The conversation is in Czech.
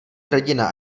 hrdina